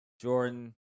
Jordan